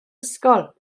ysgol